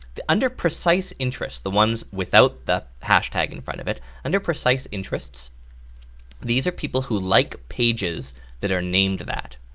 under precise interests the ones without the hashtag in front of it under precise interests these are people who like pages that are named that.